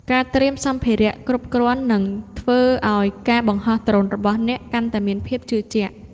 ការត្រៀមសម្ភារៈគ្រប់គ្រាន់នឹងធ្វើឱ្យការបង្ហោះដ្រូនរបស់អ្នកកាន់តែមានភាពជឿជាក់។